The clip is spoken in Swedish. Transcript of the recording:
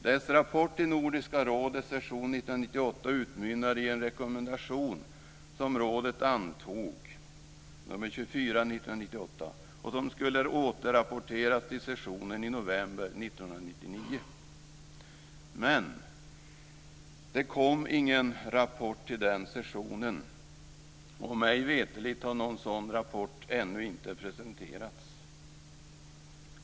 Dess rapport till Nordiska rådets session 1998 utmynnade i en rekommendation som rådet antog - nr 24 1998 - och som skulle återrapporteras till sessionen i november 1999. Men det kom ingen rapport till den sessionen, och mig veterligt har någon sådan rapport ännu inte presenterats.